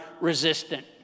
resistant